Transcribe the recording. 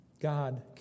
God